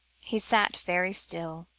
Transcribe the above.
he sat very still,